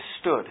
stood